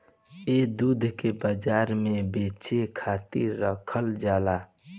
ए दूध के बाजार में बेचे खातिर राखल जाला